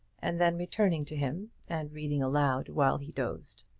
and then returning to him and reading aloud while he dozed.